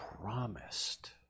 promised